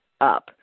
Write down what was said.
up